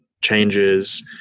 changes